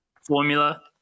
formula